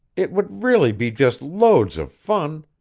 it would really be just loads of fun.